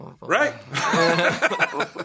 Right